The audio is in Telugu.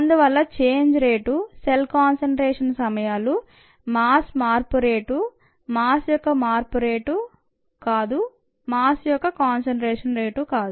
అందువల్ల చేంజ్ రేటు సెల్ కాన్సంట్రేషన్ సమయాలు మాస్ మార్పు రేటు మాస్ యొక్క మార్పు రేటు కాదు మాస్ యొక్క కాన్సంట్రేషన్ రేటు కాదు